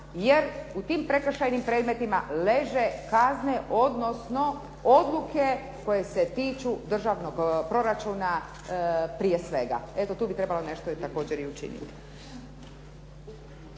jer u tim prekršajnim predmetima leže kazne, odnosno odluke koje se tiču državnog proračuna prije svega. Eto, tu bi trebalo nešto također i učiniti.